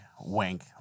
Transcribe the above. wink